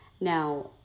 Now